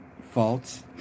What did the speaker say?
faults